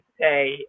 say